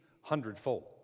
hundredfold